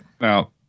Now